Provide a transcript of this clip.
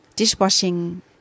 Dishwashing